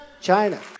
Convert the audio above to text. China